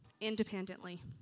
independently